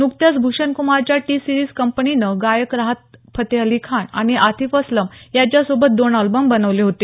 न्कत्याच भूषण क्मारच्या T Series कंपनीनं गायक राहत फतेह अली खान आणि आतिफ असलम यांच्या सोबत दोन अल्बम बनवले होते